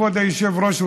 כבוד היושב-ראש,